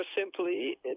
simply